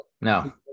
no